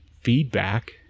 feedback